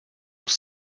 was